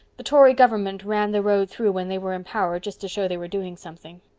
the tory government ran the road through when they were in power just to show they were doing something.